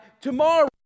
tomorrow